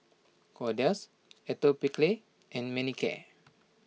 Kordel's Atopiclair and Manicare